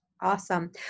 Awesome